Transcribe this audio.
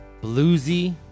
Bluesy